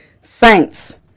saints